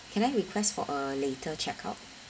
can I request for a later check out